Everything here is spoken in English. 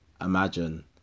imagine